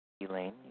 Elaine